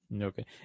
Okay